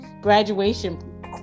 graduation